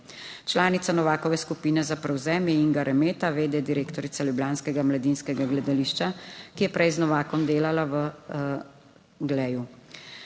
Članica Novakove skupine za prevzem je Inga Remeta, vede direktorice ljubljanskega Mladinskega gledališča, ki je prej z Novakom delala v Gleju.